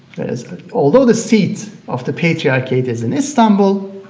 is although the seat of the patriarchate is in istanbul,